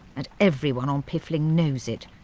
and everyone on piffling knows it.